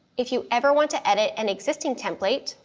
if you ever want to edit an existing template,